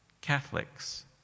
Catholics